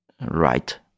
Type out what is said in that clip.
right